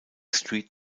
street